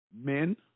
men